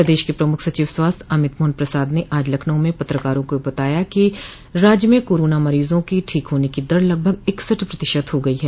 प्रदेश के प्रमुख सचिव स्वास्थ्य अमित मोहन प्रसाद ने आज लखनऊ में पत्रकारों को बताया कि राज्य में कोरोना मरीजों की ठीक होने की दर लगभग इकसठ प्रतिशत हो गई है